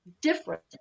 different